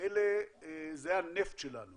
זה הנפט שלנו